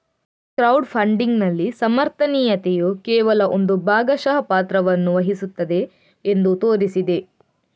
crowd ಫಂಡಿಗಿನಲ್ಲಿ ಸಮರ್ಥನೀಯತೆಯು ಕೇವಲ ಒಂದು ಭಾಗಶಃ ಪಾತ್ರವನ್ನು ವಹಿಸುತ್ತದೆ ಎಂದು ತೋರಿಸಿದೆ